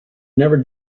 never